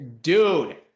dude